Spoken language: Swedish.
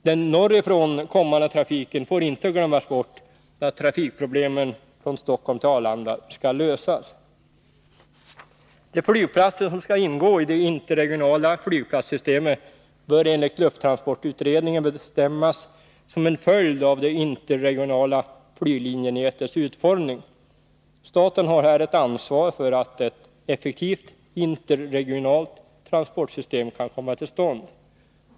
Den norrifrån kommande trafiken får inte glömmas bort när trafikproblemen på sträckan Stockholm-Arlanda skall lösas. De flygplatser som skall ingå i det interregionala flygplatssystemet bör enligt lufttransportutredningen bestämmas som en följd av det interregionala flyglinjenätets utformning. Staten har här ett ansvar för att ett effektivt interregionalt transportsystem kan komma till stånd.